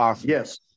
yes